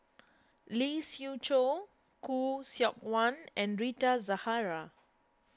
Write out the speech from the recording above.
Lee Siew Choh Khoo Seok Wan and Rita Zahara